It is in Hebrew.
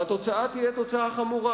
והתוצאה תהיה תוצאה חמורה.